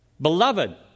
Beloved